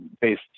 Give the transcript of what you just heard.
based